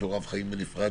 שיאושרו לפי (ו)